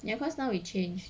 ya cause now we change